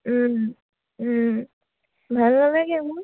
ভাল নালাগে মোৰ